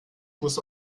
muss